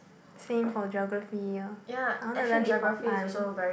same for geography orh I want to learn it for fun